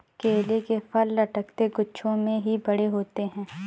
केले के फल लटकते गुच्छों में ही बड़े होते है